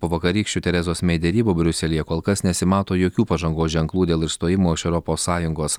po vakarykščių terezos mei derybų briuselyje kol kas nesimato jokių pažangos ženklų dėl išstojimo iš europos sąjungos